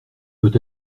peut